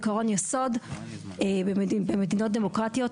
הוא עיקרון יסוד במדינות דמוקרטיות,